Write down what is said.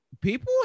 people